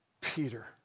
Peter